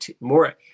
more